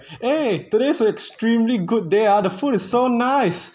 eh today is an extremely good day ah the food is so nice